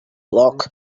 lock